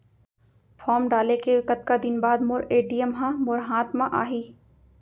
Form डाले के कतका दिन बाद मोर ए.टी.एम ह मोर हाथ म आही?